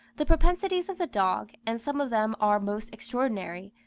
the propensities of the dog, and some of them are most extraordinary,